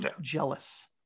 jealous